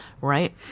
right